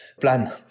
plan